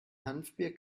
hanfbier